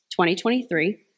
2023